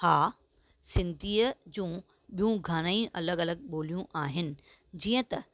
हा सिंधीअ जूं ॿियूं घणेई अलॻि अलॻि ॿोलियूं आहिनि जीअं त